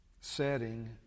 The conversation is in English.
setting